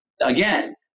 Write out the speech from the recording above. again